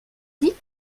dit